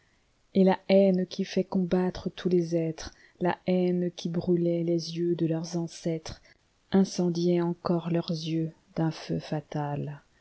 et la haine qui fait combattre tous les êtres la haine qui brûlait les yeux de leurs ancêtresincendiait encor leurs yeux d'un feu fatal